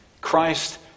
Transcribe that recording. Christ